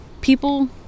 people